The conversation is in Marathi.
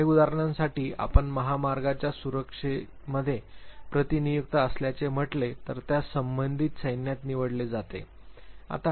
काही उदाहरणासाठी आपण महामार्गाच्या सुरक्षेमध्ये प्रतिनियुक्त असल्याचे म्हटले तर त्यास संबंधित सैन्यात निवडले जाते